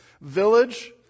Village